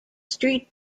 street